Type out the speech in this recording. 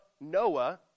Noah